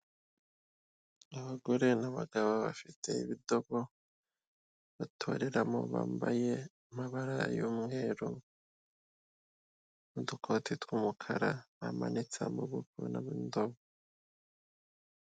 Abagore n'abagabo bafite ibitabo batoreramo, bambaye amabara y'umweru n'udukote tw'umukara, bamanitse amaboko batora.